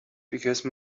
because